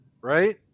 right